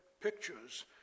pictures